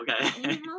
okay